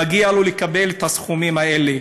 מגיע לו לקבל את הסכומים האלה.